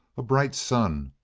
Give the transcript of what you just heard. a bright sun,